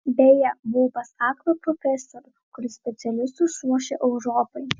beje buvau pas aklą profesorių kuris specialistus ruošia europai